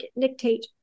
dictate